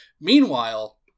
meanwhile